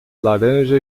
laranja